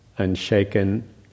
unshaken